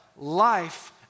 life